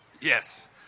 Yes